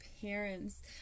parents